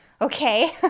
Okay